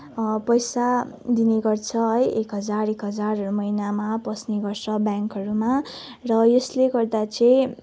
पैसा दिने गर्छ है एक हजार एक हजारहरू महिनामा पस्ने गर्छ ब्याङ्कहरूमा र यसले गर्दा चाहिँ